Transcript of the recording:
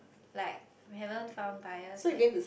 like we haven't found buyers yet